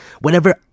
whenever